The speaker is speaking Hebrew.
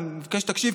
אני מבקש שתקשיב,